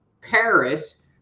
paris